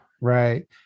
Right